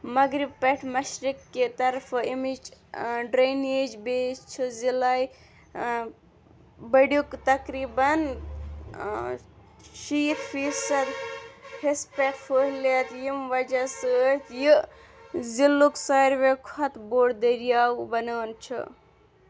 مغرب پٮ۪ٹھ مشرق کہِ طرفہٕ امِچ ڈرینیج بیس چھِ ضلعے بٔڈیُک تقریبن شَیٖتھ فیصد حصس پٮ۪ٹھ پھٔہلِتھ ییٚمہِ وجہ سۭتۍ یہِ ضلعُک ساروٕے کھۅتہٕ بوٚڈ دریاو بنان چھُ